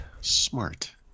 Smart